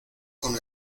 con